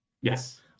Yes